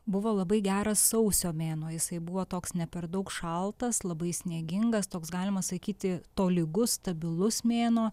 buvo labai geras sausio mėnuo jisai buvo toks ne per daug šaltas labai sniegingas toks galima sakyti tolygus stabilus mėnuo